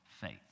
faith